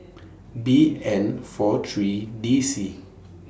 B N four three D C